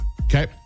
Okay